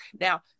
Now